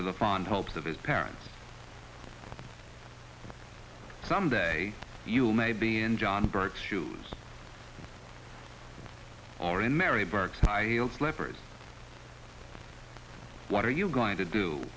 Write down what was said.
the fond hopes of his parents someday you may be in john burke shoes or in mary burke high heels slippers what are you going to do